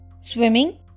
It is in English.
swimming